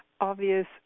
obvious